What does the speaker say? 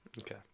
Okay